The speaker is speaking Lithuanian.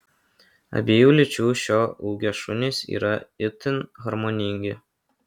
abiejų lyčių šio ūgio šunys yra itin harmoningi